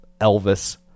Elvis